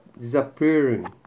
disappearing